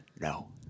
No